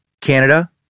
Canada